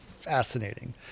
fascinating